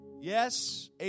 Yes